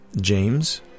James